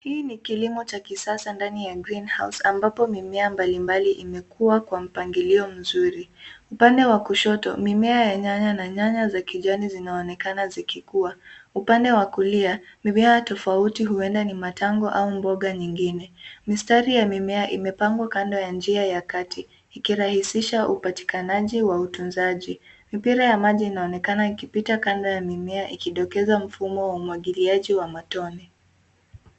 Hii ni kilimo cha kisasa ndani ya GREEN HOUSE ambapo mimea mbali mbali imekua kwa mpangilio mzuri. Upande wa kushoto, mimea ya nyaya na nyanya za kijani zinaonekana zikikua. Upande wa kulia, mimea tofauti huenda ni matango au mboga nyingine. Mistari ya mimea imepangwa kando ya njia ya kati ikirahisisha upatikanaji wa utunzaji. Mipira ya maji inaonekana ikipita kando ya mimea ikidokeza mfumo wa umwagiliaji wa matone.